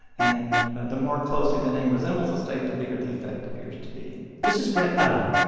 and the more closely the name resembles a state, the bigger the effect appears to be this is brett pelham.